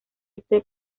este